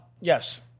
Yes